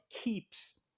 keeps